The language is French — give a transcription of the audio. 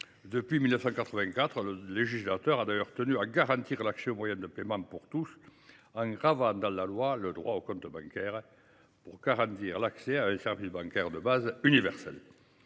Depuis 1984, le législateur a d’ailleurs tenu à garantir l’accès aux moyens de paiement pour tous en gravant dans la loi le droit au compte, censé assurer l’accès à un service bancaire de base universel.